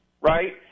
right